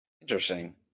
Interesting